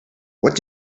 what